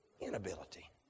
inability